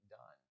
done